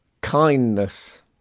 Kindness